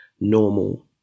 normal